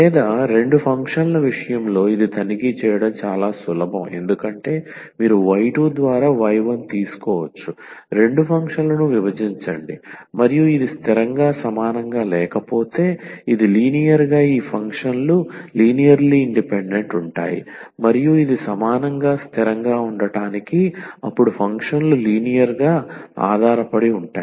లేదా రెండు ఫంక్షన్ల విషయంలో ఇది తనిఖీ చేయడం చాలా సులభం ఎందుకంటే మీరు y2 ద్వారా y1 తీసుకోవచ్చు రెండు ఫంక్షన్లను విభజించండి మరియు ఇది స్థిరంగా సమానంగా లేకపోతే ఇది లినియర్ గా ఈ ఫంక్షన్లు లినియర్లీ ఇండిపెండెంట్ ఉంటాయి మరియు ఇది సమానంగా స్థిరంగా ఉండటానికి అప్పుడు ఫంక్షన్లు లినియర్ గా ఆధారపడి ఉంటాయి